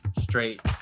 Straight